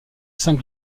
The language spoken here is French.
saint